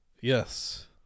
Yes